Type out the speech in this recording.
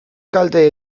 kalte